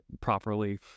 properly